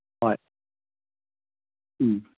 ꯍꯣꯏ ꯎꯝ